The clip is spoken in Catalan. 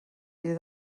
dia